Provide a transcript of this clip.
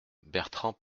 bertrand